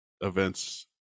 events